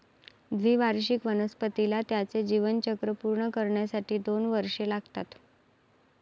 द्विवार्षिक वनस्पतीला त्याचे जीवनचक्र पूर्ण करण्यासाठी दोन वर्षे लागतात